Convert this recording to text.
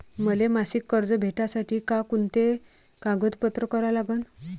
मले मासिक कर्ज भेटासाठी का कुंते कागदपत्र लागन?